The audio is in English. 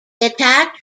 attacked